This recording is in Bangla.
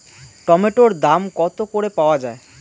টমেটোর দাম কত করে পাওয়া যায়?